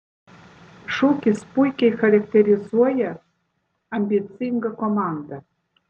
šūkis puikiai charakterizuoja ambicingą komandą